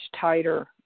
tighter